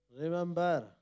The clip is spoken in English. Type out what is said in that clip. Remember